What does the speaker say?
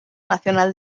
nacional